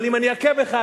אבל אם אני אכה בך,